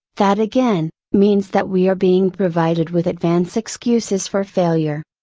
that again, means that we are being provided with advance excuses for failure.